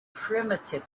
primitive